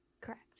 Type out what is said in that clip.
Correct